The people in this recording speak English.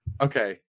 Okay